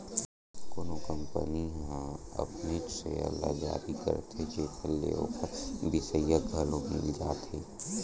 कोनो कंपनी ह अपनेच सेयर ल जारी करथे जेखर ले ओखर बिसइया घलो मिल जाथे